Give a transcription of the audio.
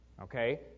okay